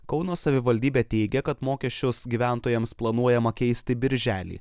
kauno savivaldybė teigia kad mokesčius gyventojams planuojama keisti birželį